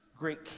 great